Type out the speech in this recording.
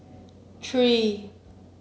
three